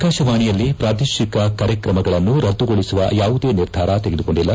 ಆಕಾಶವಾಣಿಯಲ್ಲಿ ಪ್ರಾದೇಶಿಕ ಕಾರ್ಯಕ್ರಮಗಳನ್ನು ರದ್ದುಗೊಳಿಸುವ ಯಾವುದೇ ನಿರ್ಧಾರ ತೆಗೆದುಕೊಂಡಿಲ್ಲ